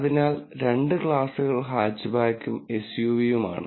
അതിനാൽ രണ്ട് ക്ലാസുകൾ ഹാച്ച്ബാക്കും എസ്യുവിയുമാണ്